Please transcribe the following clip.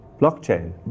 blockchain